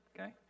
okay